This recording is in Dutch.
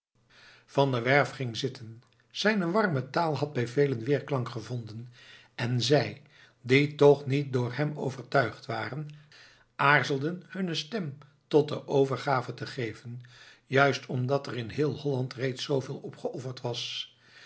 van der werff ging zitten zijne warme taal had bij velen weerklank gevonden en zij die toch niet door hem overtuigd waren aarzelden hunne stem tot de overgave te geven juist omdat er in heel holland reeds zooveel opgeofferd was